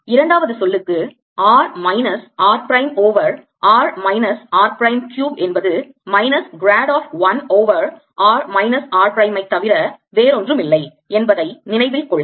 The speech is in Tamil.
இரண்டாவது சொல்லுக்கு r minus r prime over r minus r prime cube என்பது minus grad of 1 over r minus r prime ஐ தவிர வேறொன்றுமில்லை என்பதை நினைவில் கொள்க